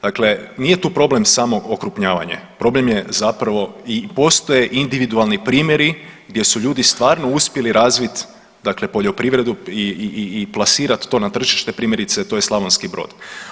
Dakle, nije tu problem samo okrupnjavanje, problem je zapravo i postoje individualni primjeri gdje su ljudi stvarno uspjeli razviti dakle poljoprivredu i plasirat to na tržište primjerice to je Slavonski Brod.